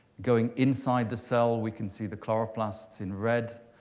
going inside the cell, we can see the chloroplast in red.